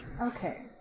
Okay